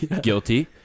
Guilty